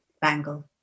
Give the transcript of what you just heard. bangle